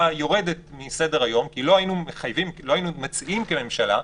יורדת מסדר-היום כי לא היינו מציעים כממשלה,